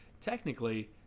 technically